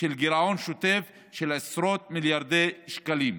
של גירעון שוטף של עשרות מיליארדי שקלים.